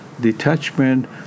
Detachment